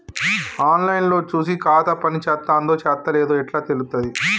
On line లో చూసి ఖాతా పనిచేత్తందో చేత్తలేదో ఎట్లా తెలుత్తది?